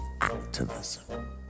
activism